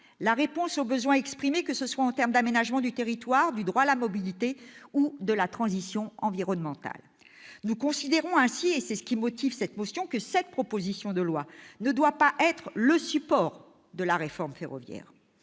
la réponse aux besoins exprimés en termes d'aménagement du territoire, de droit à la mobilité ou de transition environnementale. Nous considérons ainsi- c'est ce qui motive cette motion -que cette proposition de loi ne doit pas être le support de la réforme ferroviaire.